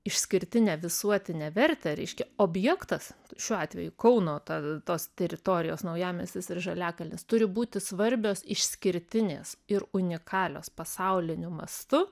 išskirtinę visuotinę vertę reiškia objektas šiuo atveju kauno ta tos teritorijos naujamiestis ir žaliakalnis turi būti svarbios išskirtinės ir unikalios pasauliniu mastu